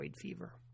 fever